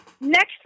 next